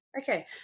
okay